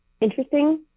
Interesting